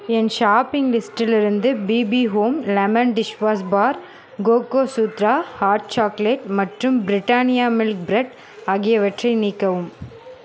என் shopping லிஸ்டிலிருந்து BB home lemon dishwash bar Cocosutra hot chocolate மற்றும் Britannia milk bread ஆகியவற்றை நீக்கவும்